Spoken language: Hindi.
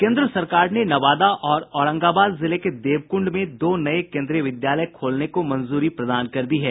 केन्द्र सरकार ने नवादा और औरंगाबाद जिले के देवक्ंड में दो नये केन्द्रीय विद्यालय खोलने को मंजूरी प्रदान कर दी है